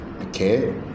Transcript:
okay